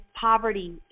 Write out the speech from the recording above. poverty